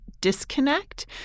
disconnect